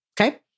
Okay